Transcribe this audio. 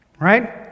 Right